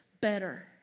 better